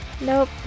Nope